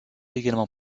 également